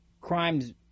crimes